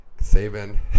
Saving